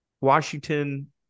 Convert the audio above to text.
Washington